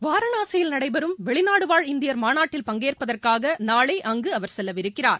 வாரணாசியில் நடைபெறும் வெளிநாடு வாழ் இந்தியர் மாநாட்டில் பங்கேற்பதற்காக நாளை அங்கு அவர் செல்லவிருக்கிறார்